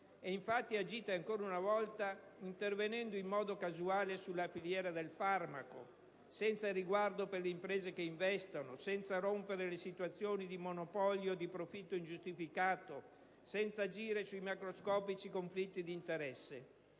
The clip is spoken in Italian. Infatti agite ancora una volta intervenendo in modo casuale sulla filiera del farmaco, senza riguardo per le imprese che investono, senza rompere le situazioni di monopolio e di profitto ingiustificato, senza agire sui macroscopici conflitti di interesse.